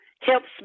helps